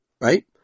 right